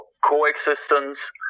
coexistence